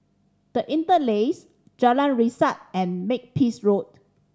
The Interlace Jalan Resak and Makepeace Road